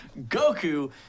Goku